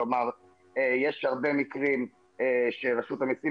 כלומר יש הרבה מקרים שרשות המסים,